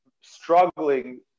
struggling